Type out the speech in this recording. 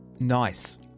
Nice